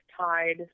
tied